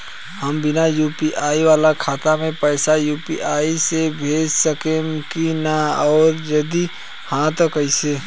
हम बिना यू.पी.आई वाला खाता मे पैसा यू.पी.आई से भेज सकेम की ना और जदि हाँ त कईसे?